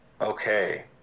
Okay